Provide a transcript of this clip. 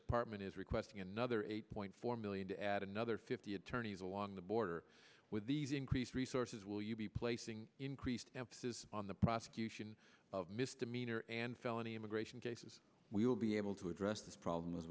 apartment is requesting another eight point four million to add another fifty attorneys along the border with these increased resources will you be placing increased emphasis on the prosecution of misdemeanor and felony immigration cases we will be able to address this problem is